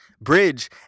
bridge